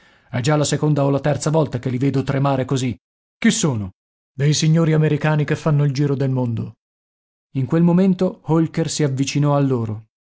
è già la seconda o la terza volta che li vedo tremare così chi sono dei signori americani che fanno il giro del mondo in quel momento holker si avvicinò a loro